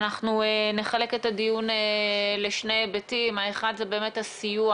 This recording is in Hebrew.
אנחנו נחלק את הדיון לשני היבטים אחד זה הסיוע